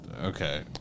Okay